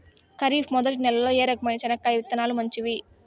ఖరీఫ్ మొదటి నెల లో ఏ రకమైన చెనక్కాయ విత్తనాలు మంచివి